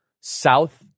south